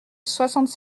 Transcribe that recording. soixante